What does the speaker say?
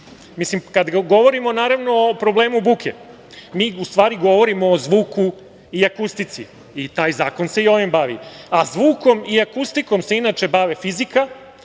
planova. Kada govorimo o problemu buke, mi u stvari govorimo o zvuku i akustici i taj zakon se i ovim bavim, a zvukom i akustikom se inače bave fizika,